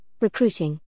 Recruiting